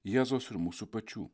jėzaus ir mūsų pačių